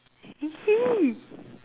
!ee!